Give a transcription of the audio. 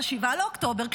ב-7 באוקטובר,